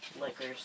liquors